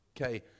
Okay